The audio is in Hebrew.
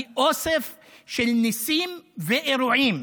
היא אוסף של ניסים ואירועים,